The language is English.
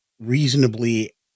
reasonably